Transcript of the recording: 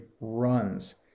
runs